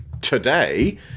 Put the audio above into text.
today